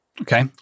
Okay